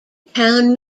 town